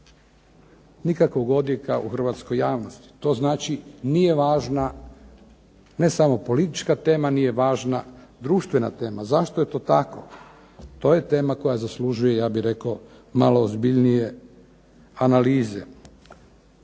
Nikakvog odjeka u hrvatskoj javnosti. To znači nije važna ne samo politika tema, nije važna društvena tema. Zašto je to tako? To je tema koja zaslužuje ja bih rekao malo ozbiljnije analize.